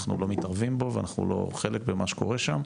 אנחנו לא מתערבים בו ואנחנו לא חלק ממה שקורה שם,